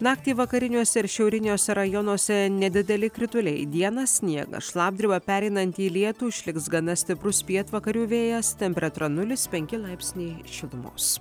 naktį vakariniuose ir šiauriniuose rajonuose nedideli krituliai dieną sniegas šlapdriba pereinanti į lietų išliks gana stiprus pietvakarių vėjas temperatūra nulis penki laipsniai šilumos